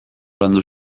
landu